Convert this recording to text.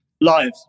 live